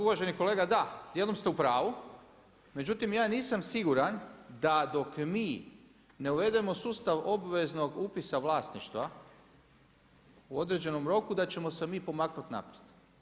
Uvaženi kolega da, dijelom ste u pravu, međutim ja nisam siguran da dok mi ne uvedemo sustav obveznog upisa vlasništva u određenom roku da ćemo se mi pomaknuti naprijed.